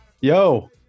yo